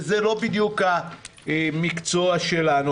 וזה לא בדיוק המקצוע שלנו,